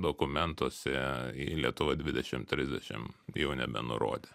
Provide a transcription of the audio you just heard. dokumentuose į lietuva dvidešim trisdešim jau nebenurodė